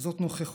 זאת נוכחות".